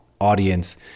audience